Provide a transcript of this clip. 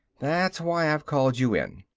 that's why i've called you in.